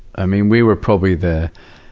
i mean, we were probably the,